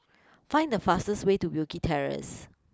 find the fastest way to Wilkie Terrace